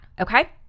okay